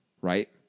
right